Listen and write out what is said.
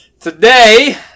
Today